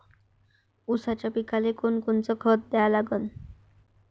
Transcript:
ऊसाच्या पिकाले कोनकोनचं खत द्या लागन?